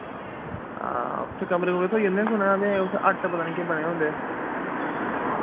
हां उत्थै कमरे कुमरे थ्होई जन्दे न सुनेआ मैं उत्थै हट पता नि केह् बने दे होंदे